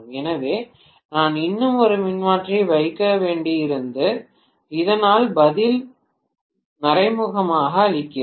எனவே நான் இன்னும் ஒரு மின்மாற்றியை வைக்க வேண்டியிருந்தது இதனால் பதில் மறைமுகமாக அளிக்கிறது